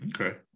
okay